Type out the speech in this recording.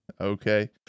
okay